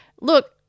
Look